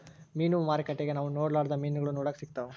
ಮೀನು ಮಾರುಕಟ್ಟೆಗ ನಾವು ನೊಡರ್ಲಾದ ಮೀನುಗಳು ನೋಡಕ ಸಿಕ್ತವಾ